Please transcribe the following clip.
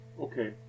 Okay